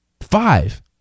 Five